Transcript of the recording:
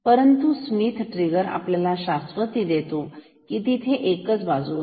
परंतु Schmitt trigger आपल्याला शाश्वती देतो की तिथे एकच बाजू असेल